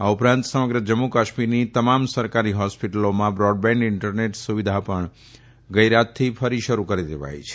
આ ઉપરાંત સમગ્ર જમ્મુ કાશ્મીરની તમામ સરકારી હોસ્પિટલોમાં બ્રોડબેન્ડ ઇન્ટરનેટ સુવિધા પણ ગઇ રાતથી ફરી શરૂ કરી દેવાઇ છે